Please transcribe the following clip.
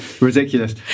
Ridiculous